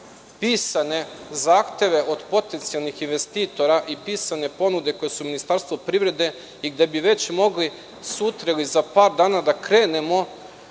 pisane zahteve od potencijalnih investitora i pisane ponude koje su Ministarstvo privrede i gde bi već mogli sutra ili za par dana da krenemo